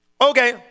Okay